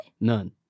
None